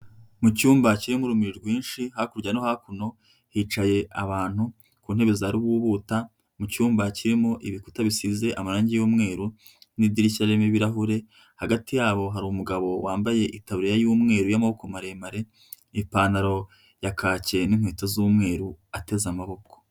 Mu cyumba kirimo urumuri rwinshi hakurya no hakuno hicaye abantu ku ntebe za ruhubuta mu cyumba kirimo ibikuta bisize amarangi y'umweru n'idirishya ririmo ibirahure hagati yabo hari umugabo wambaye itabiriya y'umweru y'amaboko maremare ipantaro ya kake n'inkweto z'umweru ateze amaboko.